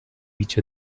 each